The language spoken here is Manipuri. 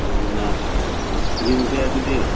ꯑꯗꯨꯅ ꯌꯦꯡꯉꯨꯁꯦ ꯑꯗꯨꯗꯤ